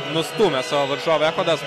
nustūmė savo varžovą echodas